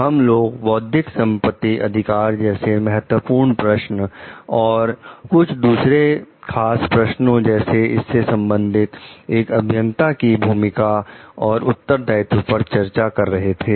हम लोग बौद्धिक संपत्ति अधिकार जैसे महत्वपूर्ण प्रश्न और कुछ दूसरे खास प्रश्नों जैसे इससे संबंधित एक अभियंता की भूमिका और उत्तरदायित्व पर चर्चा कर रहे थे